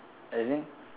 as in